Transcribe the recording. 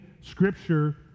Scripture